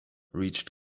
reached